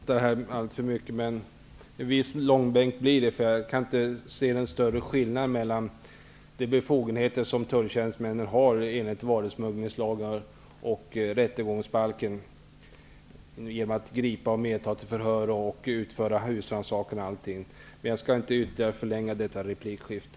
Herr talman! En viss långbänk blir det säkerligen. Jag kan nämligen inte se någon större skillnad mellan de befogenheter som tulltjänstemännen enligt varusmugglingslagen och rättegångsbalken har. De har rätt att gripa misstänkta, att ta dem till förhör, att utföra husrannsakan, osv. Jag skall inte ytterligare förlänga detta replikskifte.